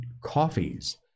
coffees